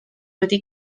wedi